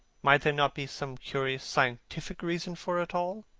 might there not be some curious scientific reason for it all?